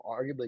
arguably